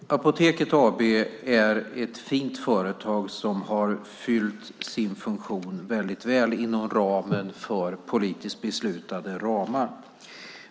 Fru talman! Apoteket AB är ett fint företag som har fyllt sin funktion väldigt väl inom ramen för politiskt beslutade ramar.